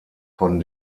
von